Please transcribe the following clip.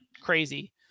crazy